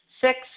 Six